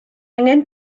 angen